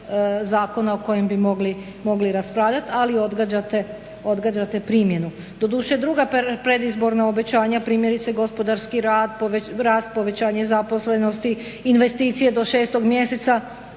zakona o kojem bi mogli raspravljati, ali odgađate primjenu. Doduše, druga predizborna obećanje, primjerice gospodarski rast, povećanje zaposlenosti, investicije do 6 mjeseca,